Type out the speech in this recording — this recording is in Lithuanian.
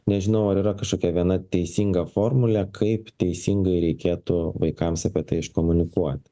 nežinau ar yra kažkokia viena teisinga formulė kaip teisingai reikėtų vaikams apie tai iškomunikuoti